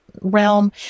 realm